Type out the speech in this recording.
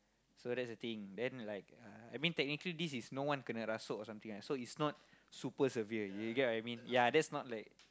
so that's the thing then like I mean technically this is no one kena rasuk or something ah so it's not super severe yeah you get what I mean that's not like